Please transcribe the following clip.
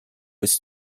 was